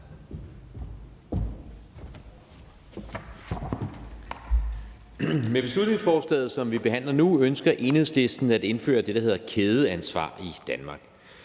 Med beslutningsforslaget, som vi behandler nu, ønsker Enhedslisten at indføre det, der hedder kædeansvar, i Danmark.